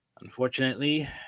Unfortunately